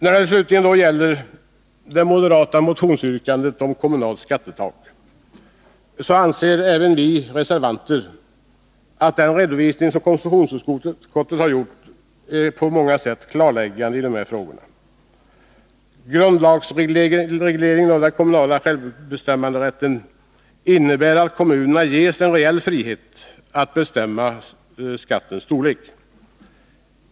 När det slutligen gäller det moderata motionsyrkandet om kommunalt skattetak anser även vi reservanter att den redovisning som konstitutions 23 utskottet har gjort på många sätt är klarläggande i dessa frågor. Grundlagsregleringen av den kommunala självbeskattningsrätten innebär att kommunerna ges en reell frihet att bestämma skattens storlek.